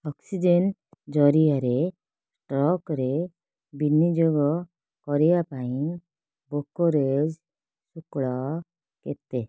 oxygen ଜରିଆରେ ଟ୍ରକରେ ବିନିଯୋଗ କରିବା ପାଇଁ ବ୍ରୋକରେଜ୍ ଶୁଳ୍କ କେତେ